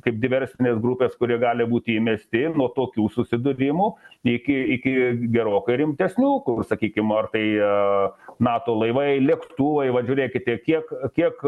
kaip diversinės grupės kurie gali būti įmesti nuo tokių susidūrimų iki iki gerokai rimtesnių sakykim tai nato laivai lėktuvai vat žiūrėkite kiek kiek